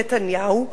נתניהו,